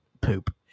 poop